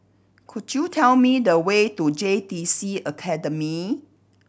could you tell me the way to J T C Academy